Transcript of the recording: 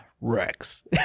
Rex